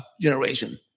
generation